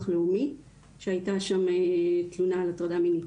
לאומי שהייתה שם תלונה על הטרדה מינית.